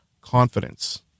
confidence